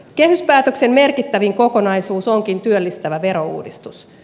kehyspäätöksen merkittävin kokonaisuus onkin työllistävä verouudistus